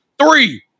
Three